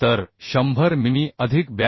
तर 100 मिमी अधिक 82